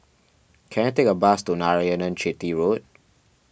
can I take a bus to Narayanan Chetty Road